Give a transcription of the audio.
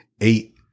eight